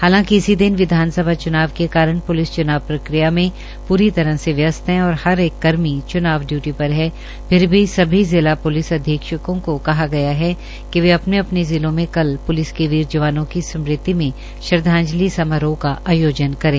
हालांकि इसी दिन विधानसभा चुनाव के कारण पुलिस चुनाव प्रकिया में पूरी तरह से व्यस्त है और हर एक कर्मी चुनाव डयूटी पर हैं फिर भी समी जिला पुलिस अधीक्षकों को कहा गया है कि वे अपने अपने जिलों में कल पुलिस के वीर जवानों की स्मृति में श्रद्धांजलि समारोह का आयोजन करें